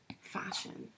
fashion